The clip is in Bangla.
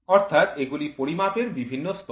অর্থাৎ এগুলি পরিমাপের বিভিন্ন স্তর